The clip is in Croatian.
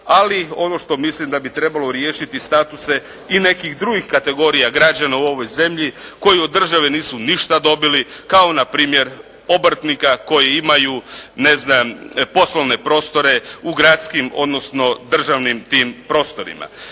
ali ono što mislim da bi trebalo riješiti statuse i nekih drugih kategorija građana u ovoj zemlji koji od države nisu ništa dobili kao npr. obrtnika koji imaju poslovne prostore u gradskim, odnosno državnim tim prostorima.